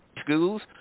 schools